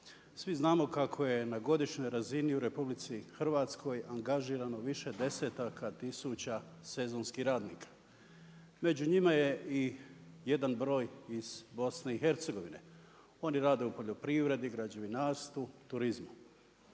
Svi znamo kako je na godišnjoj razini u RH angažirano više desetaka tisuća sezonskih radnika. Među njima je jedan broj iz BIH. Oni rade u poljoprivredi, građevinarstvu, turizmu.